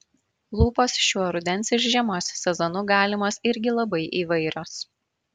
lūpos šiuo rudens ir žiemos sezonu galimos irgi labai įvairios